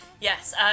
Yes